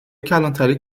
کلانتری